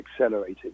accelerating